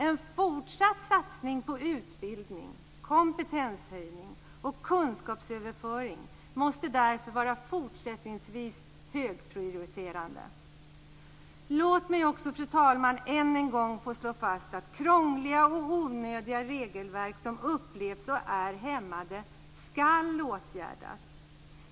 En fortsatt satsning på utbildning, kompetenshöjning och kunskapsöverföring måste därför fortsättningsvis vara högprioriterad. Låt mig också, fru talman, än en gång slå fast att krångliga och onödiga regelverk som upplevs som och är hämmande skall åtgärdas.